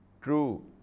true